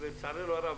לצערנו הרב,